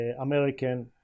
American